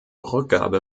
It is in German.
rückgabe